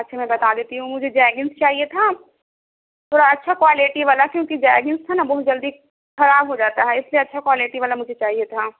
اچھا میں بتا دیتی ہوں مجھے جیگنس چاہیے تھا تھوڑا اچھا کوالٹی والا کیونکہ جیگنس تھا نا بہت جلدی خراب ہو جاتا ہے اس لیے اچھا کوالٹی والا مجھے چاہیے تھا